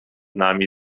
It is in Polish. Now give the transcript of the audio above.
nami